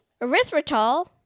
erythritol